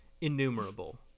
innumerable